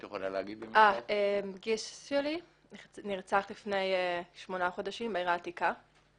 הגיס שלי נרצח לפני שמונה חודשים בעיר העתיקה.